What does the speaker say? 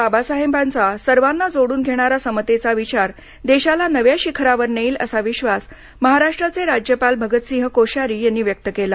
बाबासाहेबांचा सर्वांना जोडून घेणारा समतेचा विचार देशाला नव्या शिखरावर नेईल असा विश्वास महाराष्ट्राचे राज्यपाल भगतसिंह कोश्यारी यांनी व्यक्त केला